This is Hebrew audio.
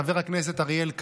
חבר הכנסת אריאל קלנר,